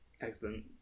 Excellent